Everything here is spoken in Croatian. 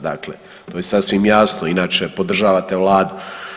Dakle to je sasvim jasno, inače podržavate Vladu.